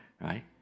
right